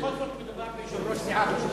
אדוני, בכל זאת מדובר ביושב-ראש סיעה משופר.